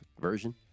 version